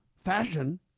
fashion